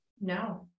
No